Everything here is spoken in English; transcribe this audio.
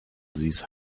these